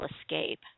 escape